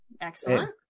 Excellent